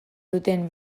duten